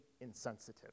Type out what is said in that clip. insensitive